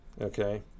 okay